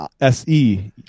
SE